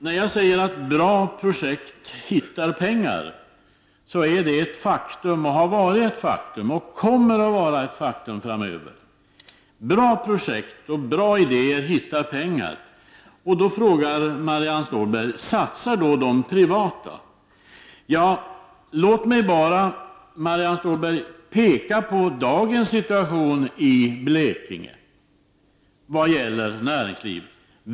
När jag säger att bra projekt hittar pengar är det ett faktum, har varit ett faktum och kommer att vara ett faktum framöver. Bra projekt och bra idéer hittar alltid pengar. Då säger Marianne Stålberg: Satsa de privata pengarna. Låt mig då påminna Marianne Stålberg om dagens situation i Blekinge vad gäller näringsliv.